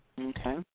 Okay